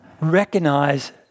Recognize